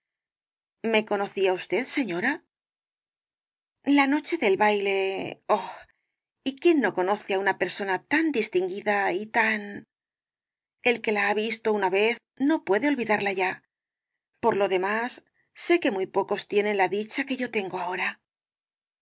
me conocía usted señora la noche del baile oh y quién no conoce á una persona tan distinguida y tan el que la ha visto una vez no puede olvidarla ya por lo demás sé que muy pocos tienen la dicha que yo tengo ahora